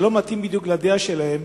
שלא מתאים בדיוק לדעה שלהם,